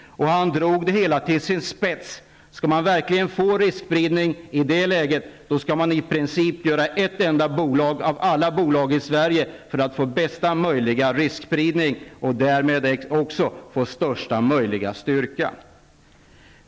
Han drog det hela till sin spets: Skulle man verkligen få riskspridning i det läget, då skulle man i princip göra ett enda bolag av alla bolag i Sverige. Då skulle man få bästa möjliga riskspridning och därmed också få största möjliga styrka.